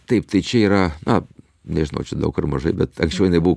taip tai čia yra na nežinau čia daug ar mažai bet anksčiau jinai buvo